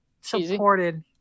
supported